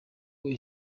buri